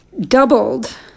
doubled